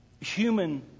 human